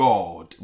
God